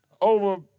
over